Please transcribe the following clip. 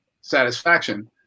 satisfaction